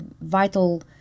vital